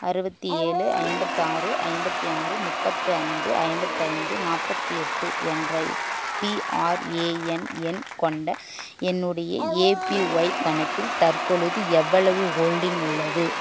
அறுபத்தி ஏழு ஐம்பத்தாறு ஐம்பத்தாறு முப்பத்து ஐந்து ஐம்பத்தைந்து நாற்பத்தி எட்டு என்ற பிஆர்ஏஎன் எண் கொண்ட என்னுடைய ஏபிஒய் கணக்கில் தற்பொழுது எவ்வளவு ஹோல்டிங் உள்ளது